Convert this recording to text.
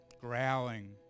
growling